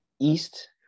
East